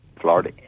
Florida